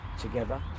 together